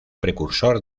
precursor